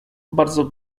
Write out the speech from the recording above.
bardzo